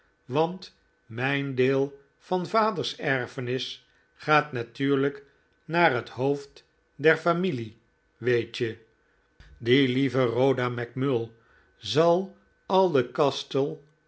want mijn deel van vaders erfenis gaat natuurlijk naar het hoofd der familie weet je die lieve rhoda macmull zal al de